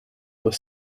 were